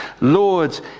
Lord